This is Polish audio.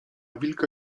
wilka